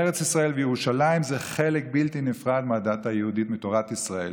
ארץ ישראל וירושלים הן חלק בלתי נפרד מהדת היהודית ומתורת ישראל,